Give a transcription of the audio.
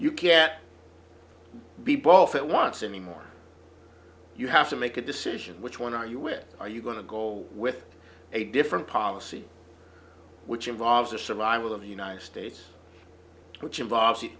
you can't be both at once anymore you have to make a decision which one are you which are you going to go with a different policy which involves the survival of the united states which involves the